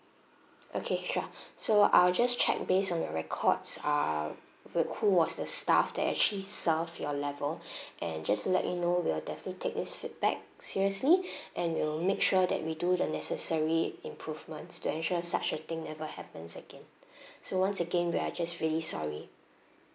okay sure so I'll just check based on your records err who who was the staff that actually serve your level and just to let you know we'll definitely take this feedback seriously and we'll make sure that we do the necessary improvements to ensure such a thing never happens again so once again we are just really sorry